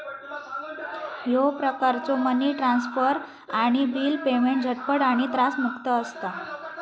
ह्यो प्रकारचो money transfer आणि बिल पेमेंट झटपट आणि त्रासमुक्त असता